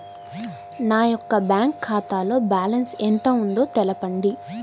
నా యొక్క బ్యాంక్ ఖాతాలో బ్యాలెన్స్ ఎంత ఉందో తెలపండి?